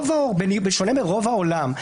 בשונה מרוב העולם,